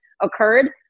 occurred